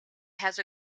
has